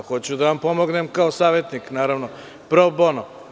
Hoću da vam pomognem kao savetnik, naravno, pro bono.